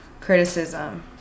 criticism